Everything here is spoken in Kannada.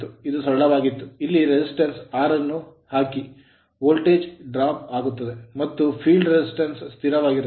ಇದು ಸರಳವಾಗಿತ್ತು ಇಲ್ಲಿ resistance ರೆಸಿಸ್ಟೆನ್ಸ್ R ಅನ್ನು ಹಾಕಿ ವೋಲ್ಟೇಜ್ drop ಡ್ರಾಪ್ ಆಗುತ್ತದೆ ಮತ್ತು field current ಫೀಲ್ಡ್ ಕರೆಂಟ್ ಸ್ಥಿರವಾಗಿರುತ್ತದೆ